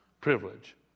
privilege